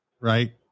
right